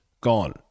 gone